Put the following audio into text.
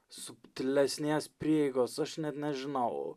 subtilesnės prieigos aš net nežinau